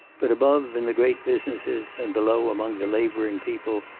but above in the great businesses, and below among the laboring people,